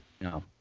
No